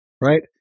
Right